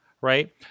right